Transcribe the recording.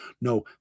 No